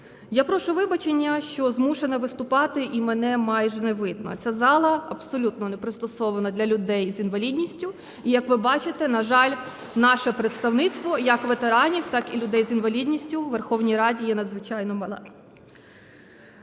Я прошу вибачення, що змушена виступати і мене майже не видно. Ця зала абсолютно непристосована для людей з інвалідністю, і як ви бачите, на жаль, наше представництво, як ветеранів, так і людей з інвалідністю, у Верховній Раді є надзвичайно малим.